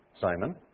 Simon